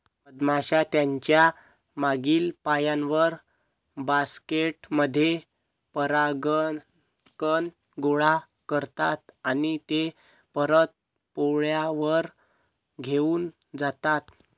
मधमाश्या त्यांच्या मागील पायांवर, बास्केट मध्ये परागकण गोळा करतात आणि ते परत पोळ्यावर घेऊन जातात